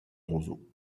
roseau